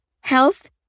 health